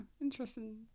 Interesting